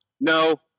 No